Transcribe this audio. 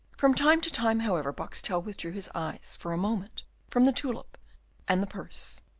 from time to time, however, boxtel withdrew his eyes for a moment from the tulip and the purse,